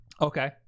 okay